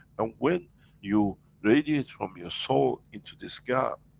and when you radiate from your soul into this gap,